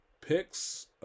picks